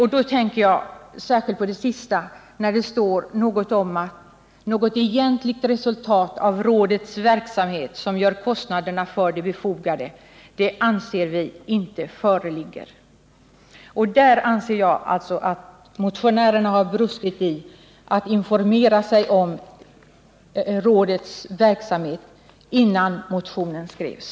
Jag tänker särskilt på det som anförs i motionens sista stycke: ”Något egentligt resultat av rådets verksamhet, som gör kostnaderna för detsamma befogade, anser vi inte föreligger.” Jag anser att motionärerna på den punkten har brustit i att informera sig om rådets verksamhet innan motionen skrevs.